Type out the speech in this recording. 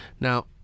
Now